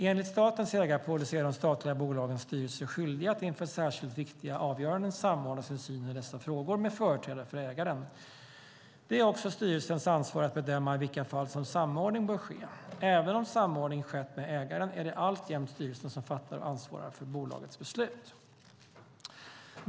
Enligt statens ägarpolicy är de statliga bolagens styrelser skyldiga att inför särskilt viktiga avgöranden samordna sin syn i dessa frågor med företrädare för ägaren. Det är också styrelsens ansvar att bedöma i vilka fall som samordning bör ske. Även om samordning skett med ägaren är det alltjämt styrelsen som fattar och ansvarar för bolagets beslut.